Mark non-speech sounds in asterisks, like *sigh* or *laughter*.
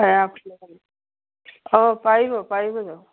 অঁ *unintelligible* অঁ পাৰিব পাৰিব যাব